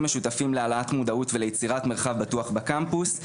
משותפים להעלאת מודעות וליצירת מרחב בטוח בקמפוס.